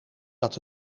dat